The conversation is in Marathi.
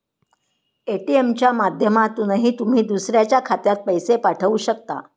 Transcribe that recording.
ए.टी.एम च्या माध्यमातूनही तुम्ही दुसऱ्याच्या खात्यात पैसे पाठवू शकता